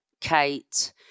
Kate